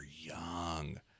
young